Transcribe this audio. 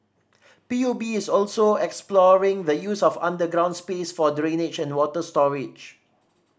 P U B is also exploring the use of underground space for drainage and water storage